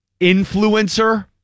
influencer